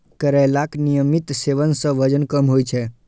करैलाक नियमित सेवन सं वजन कम होइ छै